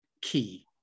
key